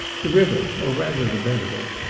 the river, or rather the bed of it,